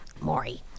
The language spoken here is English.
Maury